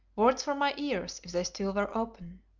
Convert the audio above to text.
words for my ears if they still were open.